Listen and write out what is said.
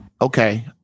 okay